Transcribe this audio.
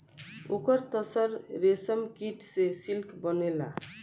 ओकर तसर रेशमकीट से सिल्क बनेला